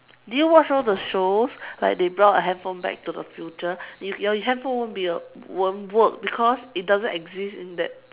did you watch all the shows like they brought a handphone back to the future you your handphone won't be a won't work because it doesn't exist in that